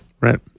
Right